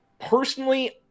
Personally